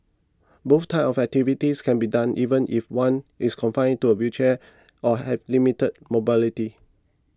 both types of activities can be done even if one is confined to a wheelchair or have limited mobility